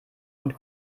und